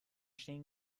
stehen